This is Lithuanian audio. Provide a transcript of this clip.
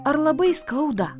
ar labai skauda